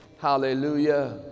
Hallelujah